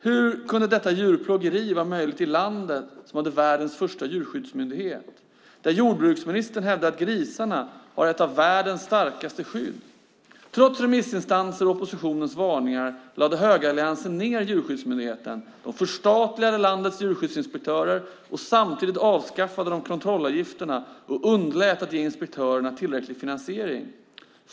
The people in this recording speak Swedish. Hur kunde detta djurplågeri vara möjligt i landet med världens första djurskyddsmyndighet, där jordbruksministern hävdar att grisarna har ett av världens starkaste skydd? Trots remissinstansers och oppositionens varningar lade högeralliansen ned Djurskyddsmyndigheten. Man förstatligade landets djurskyddsinspektörer, och samtidigt avskaffade man kontrollavgifterna och undlät att ge inspektörerna tillräcklig finansiering.